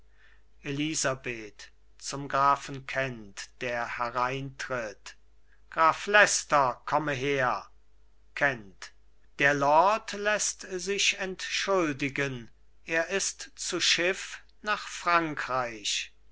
der hereintritt graf leicester komme her kent der lord läßt sich entschuldigen er ist zu schiff nach frankreich